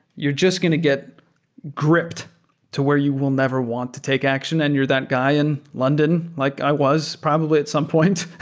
you're just going to get gripped to where you will never want to take action and you're that guy in london, like i was probably at some point,